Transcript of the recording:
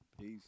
Peace